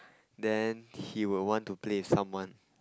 then he will want to play with someone